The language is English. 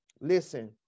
listen